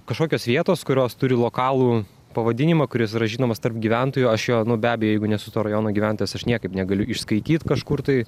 kažkokios vietos kurios turi lokalų pavadinimą kuris yra žinomas tarp gyventojų aš jo nu be abejo jeigu nesu to rajono gyventojas aš niekaip negaliu išskaityt kažkur tai